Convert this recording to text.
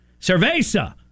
Cerveza